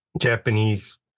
Japanese